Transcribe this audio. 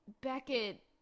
Beckett